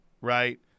right